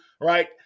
right